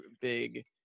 big